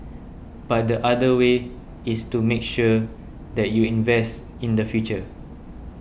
but the other way is to make sure that you invest in the future